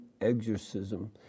exorcism